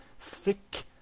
Thick